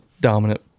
dominant